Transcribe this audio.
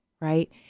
Right